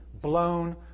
blown